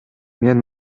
мен